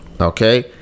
okay